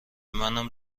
منم